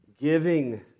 giving